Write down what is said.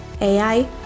AI